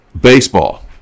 Baseball